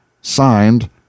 Signed